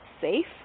safe